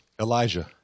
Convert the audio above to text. Elijah